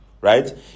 right